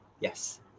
Yes